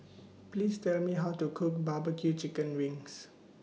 Please Tell Me How to Cook Barbecue Chicken Wings